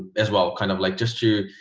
as well kind of like just to